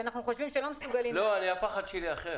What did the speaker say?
שאנחנו חושבים שלא מסוגלים --- הפחד שלי אחר,